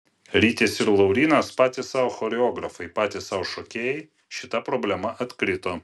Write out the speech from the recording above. rytis ir laurynas patys sau choreografai patys sau šokėjai šita problema atkrito